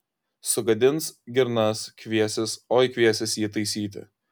sugadins girnas kviesis oi kviesis jį taisyti